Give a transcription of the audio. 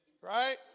right